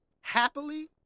happily